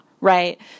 Right